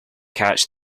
catch